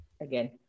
Again